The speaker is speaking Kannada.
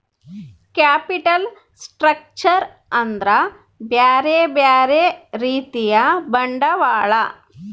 ಕ್ಯಾಪಿಟಲ್ ಸ್ಟ್ರಕ್ಚರ್ ಅಂದ್ರ ಬ್ಯೆರೆ ಬ್ಯೆರೆ ರೀತಿಯ ಬಂಡವಾಳ